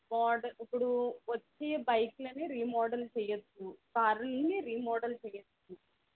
model ఇప్పుడు వచ్చే బైక్లని రీమోడల్ చెయ్యవచ్చు కారుల్ని రీమోడల్ చెయ్యవచ్చు